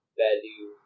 value